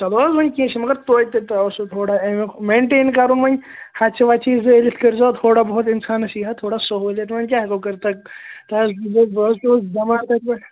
چلو حظ وۅنۍ کیٚنٛہہ چھُنہٕ مگر توتہِ تۄہہِ اوسوٕ تھوڑا امیُک مینٛٹین کَرُن وۅنۍ ہَچہِ وَچہِ زٲلۍتھٕے کٔرۍزِہو تھوڑا بہت اِنسانَس یِیہِ ہا تھوڑا سہوٗلِیت وۅنۍ کیٛاہ ہیٚکو تۄہہِ تۄہہِ حظ بہٕ حظ پٮ۪وُس بیٚمار تَتہِ پٮ۪ٹھ